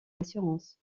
assurances